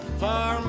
far